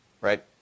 right